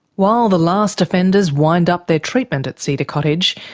while the last offenders wind up their treatment at cedar cottage,